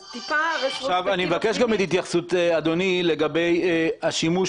אז טיפה --- אני מבקש גם את התייחסות אדוני לגבי השימוש